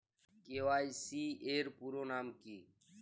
KYC এর পুরোনাম কী?